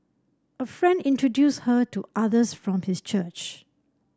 a friend introduced her to others from his church